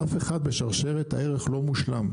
אף אחד בשרשרת הערך לא מושלם,